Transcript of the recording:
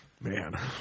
Man